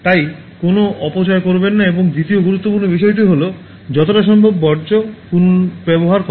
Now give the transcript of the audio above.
তাই কোনও অপচয় করবেন না এবং দ্বিতীয় গুরুত্বপূর্ণ জিনিসটি হল যতটা সম্ভব বর্জ্য পুনর্ব্যবহার করা